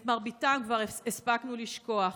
את מרביתם כבר הספקנו לשכוח.